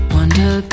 Wonder